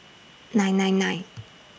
nine nine nine